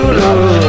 love